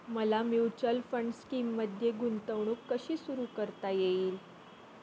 मला mutual fund स्कीममध्ये गुंतवणूक कशी सुरू करता येईल?